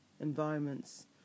environments